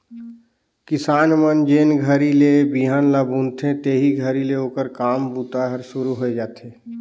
किसान मन जेन घरी ले बिहन ल बुनथे तेही घरी ले ओकर काम बूता हर सुरू होए जाथे